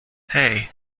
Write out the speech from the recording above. hey